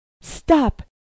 Stop